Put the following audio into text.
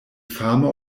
fama